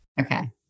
Okay